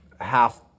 half